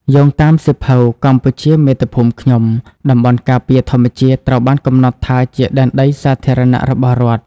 យោងតាមសៀវភៅ "កម្ពុជាមាតុភូមិខ្ញុំ" តំបន់ការពារធម្មជាតិត្រូវបានកំណត់ថាជាដែនដីសាធារណៈរបស់រដ្ឋ។